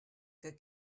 que